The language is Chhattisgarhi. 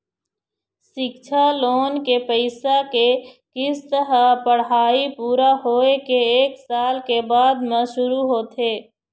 सिक्छा लोन के पइसा के किस्त ह पढ़ाई पूरा होए के एक साल के बाद म शुरू होथे